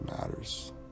matters